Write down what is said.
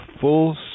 full